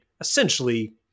essentially